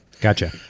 gotcha